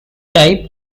type